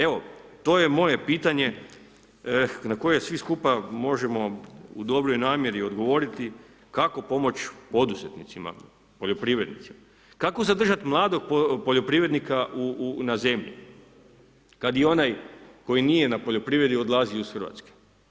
Evo to je moje pitanje na koje svi skupa možemo u dobroj namjeri odgovoriti kako pomoć poduzetnicima, poljoprivrednicima, kako zadržati mladog poljoprivrednika na zemlji kad i onaj koji nije na poljoprivredi odlazi iz Hrvatske?